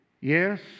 Yes